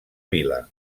vila